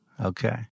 Okay